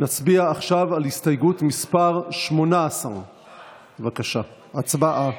נצביע עכשיו על הסתייגות מס' 18. בבקשה,